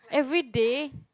everyday